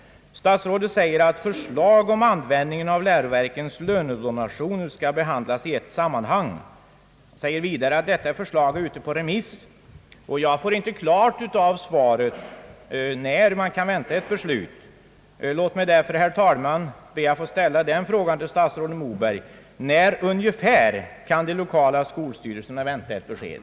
Statsrådet Moberg säger att ett förslag om användningen av läroverkens lönedonationer skall behandlas i detta sammanhang. Han säger vidare att detta förslag är ute på remiss. Jag har inte fått klart av svaret när man kan vänta ett beslut. Låt mig därför, herr talman, ställa den frågan till statsrådet Moberg: När ungefär kan de lokala skolstyrelserna vänta ett besked?